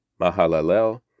Mahalalel